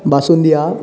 बासुंदी आहा